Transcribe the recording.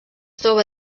troba